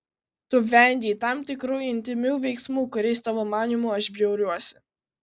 tu vengei tam tikrų intymių veiksmų kuriais tavo manymu aš bjauriuosi